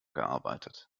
gearbeitet